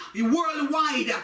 worldwide